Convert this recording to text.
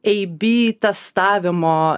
ab testavimo